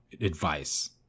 advice